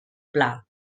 pla